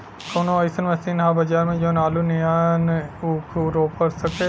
कवनो अइसन मशीन ह बजार में जवन आलू नियनही ऊख रोप सके?